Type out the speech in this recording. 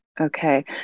Okay